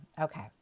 Okay